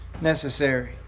necessary